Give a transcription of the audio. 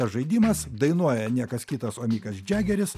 žaidimas dainuoja niekas kitas o mikas džegeris